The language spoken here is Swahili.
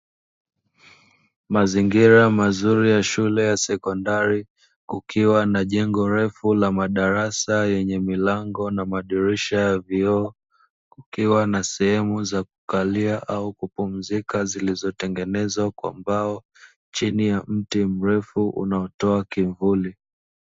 Mazingira mazuri ya shule ya sekondari kukiwa na jengo refu la madarasa, yenye milango na madirisha ya vioo kukiwa na sehemu za kukalia au kupumzika zilizotengenezwa kwa mbao chini ya mti mrefu unaotoa kivuli.